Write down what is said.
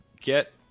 Get